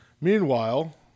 Meanwhile